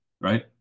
right